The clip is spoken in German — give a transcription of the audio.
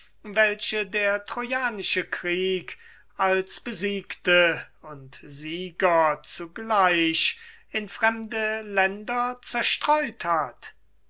welche der trojanische krieg als besiegte und sieger zugleich in fremde länder zerstreut hat